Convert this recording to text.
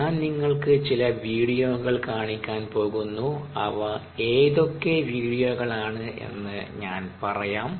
ഞാൻ നിങ്ങൾക്ക് ചില വീഡിയോകൾ കാണിക്കാൻ പോകുന്നു അവ ഏതൊക്കെ വീഡിയോകളാണ് എന്ന് ഞാൻ പറയാം